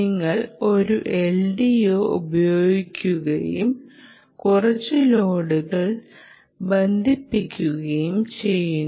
നിങ്ങൾ ഒരു LDO ഉപയോഗിക്കുകയും കുറച്ച് ലോഡുകൾ ബന്ധിപ്പിക്കുകയും ചെയ്യുന്നു